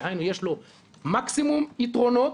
דהיינו, יש לו מקסימום יתרונות.